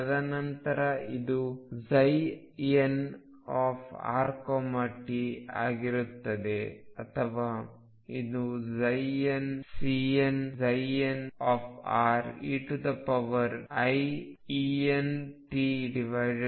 ತದನಂತರ ಇದು nrt ಆಗಿರುತ್ತದೆ ಅಥವಾ ಇದುnCnnre iEnt ಆಗಿರುತ್ತದೆ